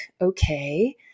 okay